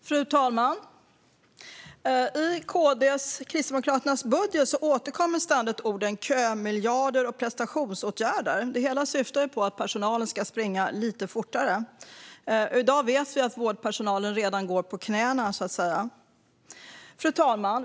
Fru talman! I Kristdemokraternas budget återkommer ständigt orden kömiljarder och prestationsåtgärder. Det hela syftar ju på att personalen ska springa lite fortare, och i dag vet vi att vårdpersonalen redan går på knäna. Fru talman!